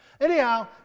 Anyhow